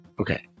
Okay